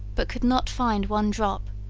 but could not find one drop,